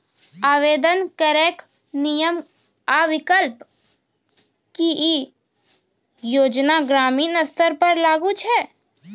आवेदन करैक नियम आ विकल्प? की ई योजना ग्रामीण स्तर पर लागू छै?